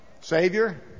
Savior